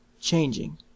changing